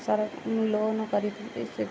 ସାରା loan କରି